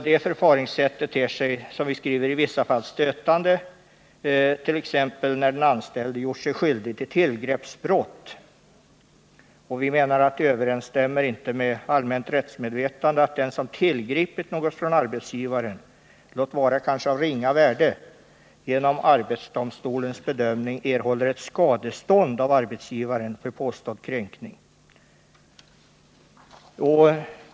Detta förfaringssätt ter sig, såsom vi skriver, i vissa fall stötande, t.ex. när den anställde gjort sig skyldig till tillgreppsbrott. Vi menar att det inte överensstämmer med allmänt rättsmedvetande att den som tillgripit något från arbetsgivare, låt vara av ringa värde, genom arbetsdomstolens bedömning erhåller ett skadestånd för påstådd kränkning.